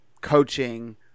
coaching